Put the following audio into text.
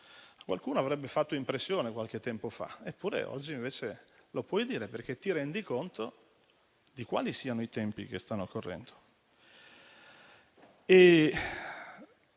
qualcuno avrebbe fatto impressione, qualche tempo fa, eppure oggi è possibile dirlo, perché ci rendiamo conto di quali siano i tempi che stanno correndo.